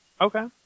Okay